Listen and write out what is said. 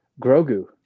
grogu